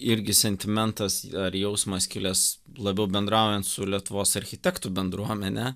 irgi sentimentas ar jausmas kilęs labiau bendraujant su lietuvos architektų bendruomene